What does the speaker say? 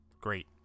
great